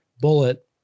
bullet